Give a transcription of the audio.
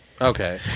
Okay